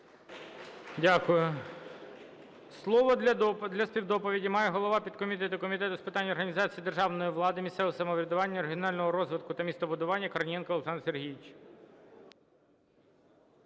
Дякую. Слово для співдоповіді має голова підкомітету Комітету з питань організації державної влади, місцевого самоврядування, регіонального розвитку та містобудування Корнієнко Олександр Сергійович.